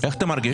איך אתה מרגיש?